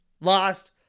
lost